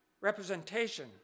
representation